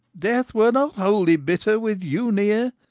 death were not wholly bitter with you near.